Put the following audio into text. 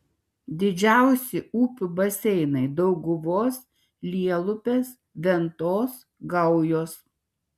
didžiausi upių baseinai dauguvos lielupės ventos gaujos